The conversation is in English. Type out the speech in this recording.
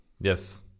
Yes